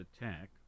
attack